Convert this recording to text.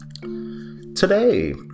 Today